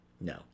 No